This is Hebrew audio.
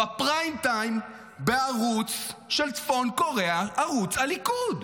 בפריים טיים בערוץ של צפון קוריאה, ערוץ הליכוד.